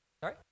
Sorry